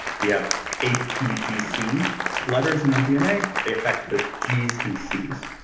we have a, t, g, c letters in our dna. they affect the g's and c's,